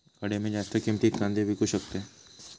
खडे मी जास्त किमतीत कांदे विकू शकतय?